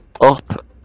up